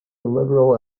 liberal